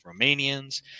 Romanians